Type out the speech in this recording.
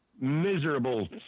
miserable